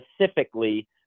specifically